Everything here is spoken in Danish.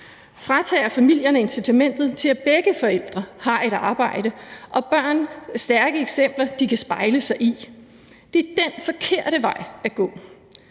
fratager familierne incitamentet til, at begge forældre har et arbejde og børn stærke eksempler, de kan spejle sig i. Det er den forkerte vej at gå.